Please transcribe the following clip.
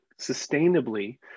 sustainably